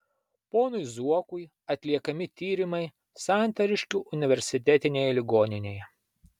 ponui zuokui atliekami tyrimai santariškių universitetinėje ligoninėje